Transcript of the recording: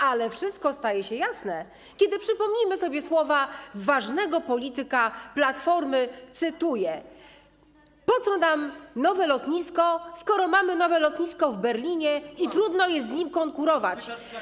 Ale wszystko staje się jasne, kiedy przypomnimy sobie słowa ważnego polityka Platformy: Po co nam nowe lotnisko, skoro mamy nowe lotnisko w Berlinie i trudno jest z nim konkurować?